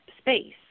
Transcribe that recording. space